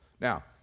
now